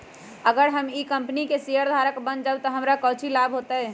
अगर हम ई कंपनी के शेयरधारक बन जाऊ तो हमरा काउची लाभ हो तय?